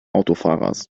autofahrers